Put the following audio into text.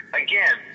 again